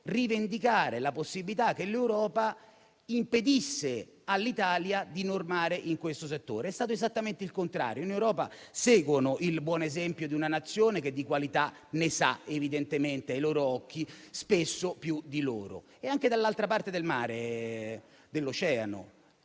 rivendicare la possibilità che l'Europa impedisca all'Italia di normare in questo settore. È stato esattamente il contrario. In Europa seguono il buon esempio di una Nazione che di qualità ne sa evidentemente, ai loro occhi, spesso più di loro. Anche dall'altra parte dell'oceano,